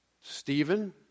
Stephen